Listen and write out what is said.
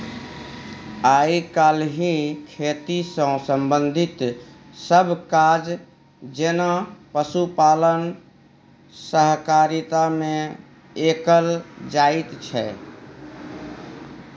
आइ काल्हि खेती सँ संबंधित सब काज जेना पशुपालन सहकारिता मे कएल जाइत छै